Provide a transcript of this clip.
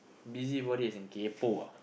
busybody as in kaypoh ah